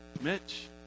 Mitch